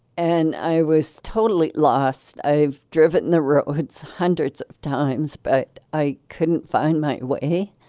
and i was totally lost. i've driven the roads hundreds of times. but i couldn't find my way,